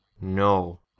no